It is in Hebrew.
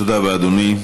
תודה רבה, אדוני.